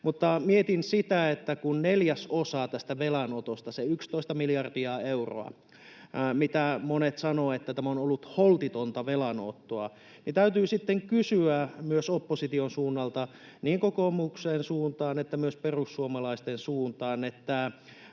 mietin sitä neljäsosaa tästä velanotosta, sitä 11:tä miljardia euroa, mistä monet sanovat, että tämä on ollut holtitonta velanottoa. Täytyy sitten kysyä myös opposition suunnalta, niin kokoomuksen suunnalta kuin myös perussuomalaisten suunnalta,